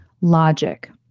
logic